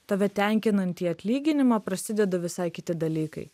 tave tenkinantį atlyginimą prasideda visai kiti dalykai